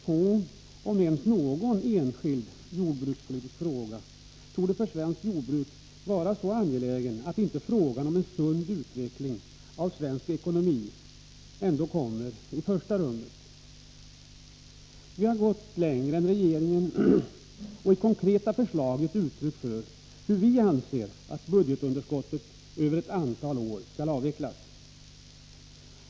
Få enskilda jordbrukspolitiska frågor — om ens någon — torde för svenskt jordbruk vara så angelägna att inte frågan om en sund utveckling av svensk ekonomi ändå kommer i första rummet. Vi har gått längre än regeringen och i konkreta förslag gett uttryck för hur vi anser att budgetunderskottet skall avvecklas över ett antal år.